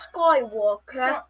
Skywalker